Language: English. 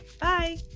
Bye